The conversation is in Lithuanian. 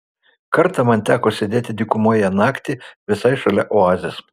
kartą man teko sėdėti dykumoje naktį visai šalia oazės